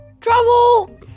trouble